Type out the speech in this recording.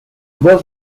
boss